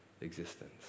existence